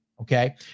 Okay